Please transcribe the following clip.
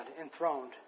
enthroned